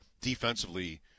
defensively